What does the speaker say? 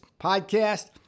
podcast